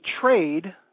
trade